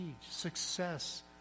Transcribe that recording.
success